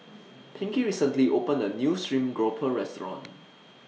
Pinkie recently opened A New Stream Grouper Restaurant